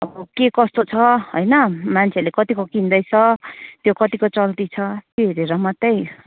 आबो के कस्तो छ होइन मान्छेहरूले कतिको किन्दैछ त्यो कतिको चल्ती छ त्यो हेरेर मात्रै